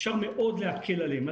אפשר מאוד להקל עליהם.